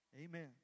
Amen